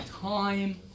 time